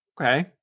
Okay